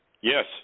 yes